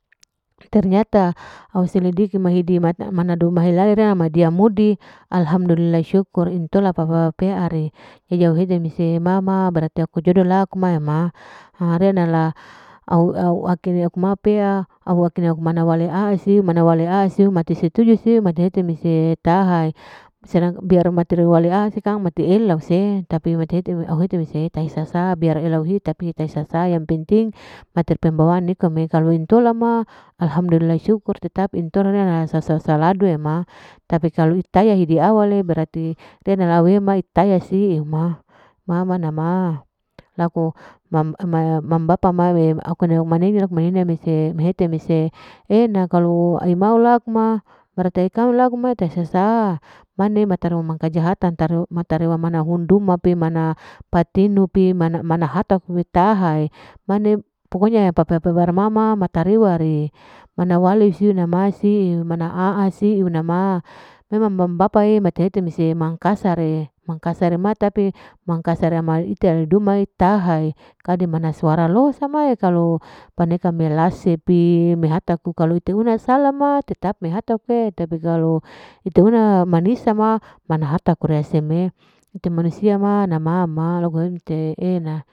Ternyata au selidiki, mana duma hilale ria modi alhadulillah syukur, intola papaleri, jadi au hete mese mama berarti aku jodo laku maima, harenala aku ma pea au akina pea asiu mana walea, siu mati setuju, siu mati hete taha sedangkan biar mater walea sekang mati elau, mati elau sei tapi mati hete, au hete mete tahi sasa, biar au helahi tapi sasa yang penting mater pembawaan nikome, lalu intola ma alhamdulillah syukur tetap intola sasaladu ema, tapi kalu hitaiya hidi awale berarti tena ma au itaiya siu ma, ma ma laku mam bapa mane manena manena mese e'ena, kalu ai mau laku ma berarti ai kaweng laku tai sasa, mane matar kejahatan taruma taru duma pi mana, pitinu pi, mana hata kue tahai, mane pokonya papea papea mama matariware, mana wale siu nama siu mana aa. siu nama mam bapa'e mane hete mese mangkasare, mangkasare mattaapi, mangkasare ale duma pi tahai'e dimana suara lenso ma tahai e, kade mane suara lohor sae paneka melase hihi, melase pi mehata mete kauna, sala ma tetap mehatu manusang ma takura seme manusia ma nama ma, laku hete e'ena.